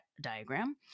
diagram